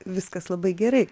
viskas labai gerai